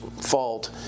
fault